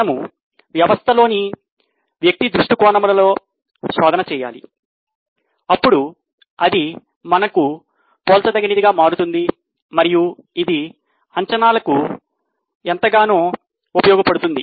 మనము వ్యవస్థలోని వ్యక్తి దృష్టికోణంలో శోధన చేయాలి అప్పుడు అది మనకు పోల్చదగినదిగా మారుతుంది మరియు ఇది అంచనాలకు కూడా ఎంతగానో ఉపయోగపడుతుంది